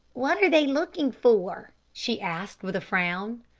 what are they looking for? she asked with a frown.